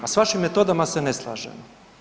A s vašim metodama se ne slažem.